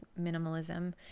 minimalism